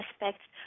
aspects